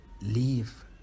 Leave